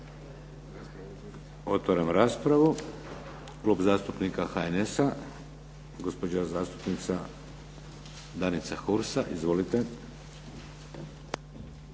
Otvaram raspravu. Klub zastupnika HNS-a, gospođa zastupnica Danica Hursa. Izvolite.